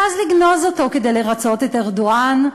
ואז לגנוז אותו כדי לרצות את ארדואן,